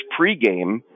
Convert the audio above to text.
pregame